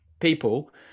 people